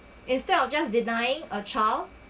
instead of just denying a child